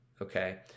okay